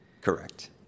Correct